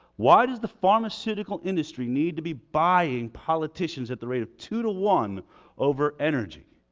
why does the pharmaceutical industry need to be buying politicians at the rate of two to one over energy?